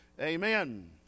amen